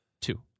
Two